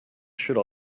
should